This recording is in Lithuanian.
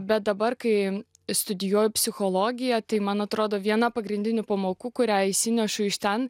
bet dabar kai studijuoju psichologiją tai man atrodo viena pagrindinių pamokų kurią išsinešu iš ten